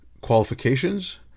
qualifications